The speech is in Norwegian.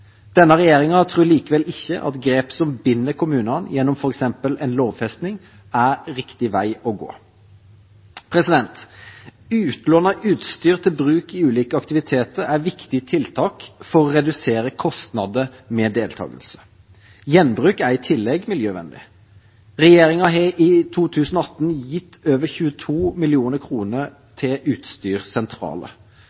Denne regjeringa tror likevel ikke at grep som binder kommunene, gjennom f.eks. en lovfesting, er riktig vei å gå. Utlån av utstyr til bruk i ulike aktiviteter er viktige tiltak for å redusere kostnader ved deltakelse. Gjenbruk er i tillegg miljøvennlig. Regjeringa har i 2018 gitt over 22